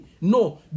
No